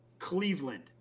Cleveland